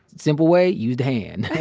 simple way. use the hand.